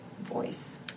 voice